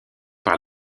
par